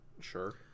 sure